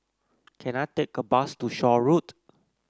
can I take a bus to Shaw Road